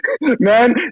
Man